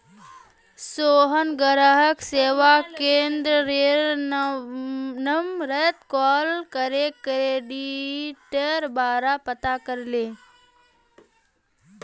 सोहन ग्राहक सेवा केंद्ररेर नंबरत कॉल करे क्रेडिटेर बारा पता करले